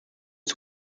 ist